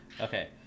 okay